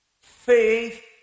Faith